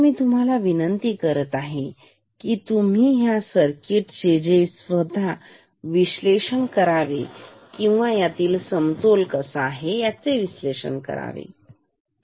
आता मी तुम्हाला विनंती करत आहे की तुम्ही ह्या सर्किट जे स्वतः विश्लेषण करावे किंवा यातील समतोल कसा आहे त्याचे विश्लेषण करावे